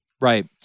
Right